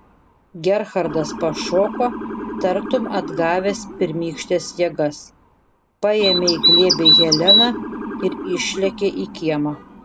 gerhardas pašoko tartum atgavęs pirmykštes jėgas paėmė į glėbį heleną ir išlėkė į kiemą